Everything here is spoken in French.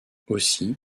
aussi